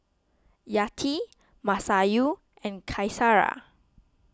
Yati Masayu and Qaisara